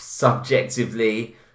Subjectively